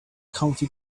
comfy